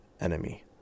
enemy